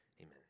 amen